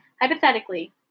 hypothetically